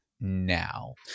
now